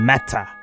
Matter